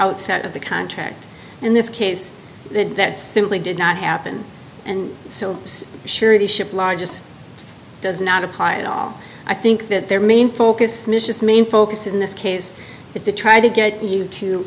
outset of the contract in this case that simply did not happen and so surety ship largest does not apply at all i think that their main focus mischa's main focus in this case is to try to get you to